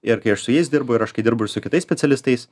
ir kai aš su jais dirbu ir aš kai dirbau ir su kitais specialistais